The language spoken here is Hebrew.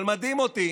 אבל מדהים אותי